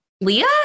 Leah